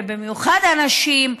ובמיוחד הנשים,